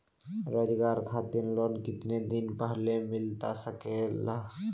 रोजगार खातिर लोन कितने दिन पहले मिलता सके ला?